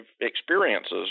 experiences